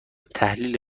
تحلیل